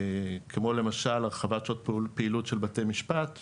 כמו למשל הרחבת שעות פעילות של בתי משפט,